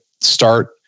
start